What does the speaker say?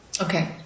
Okay